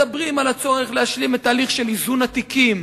מדברים על הצורך להשלים את תהליך של איזון התיקים,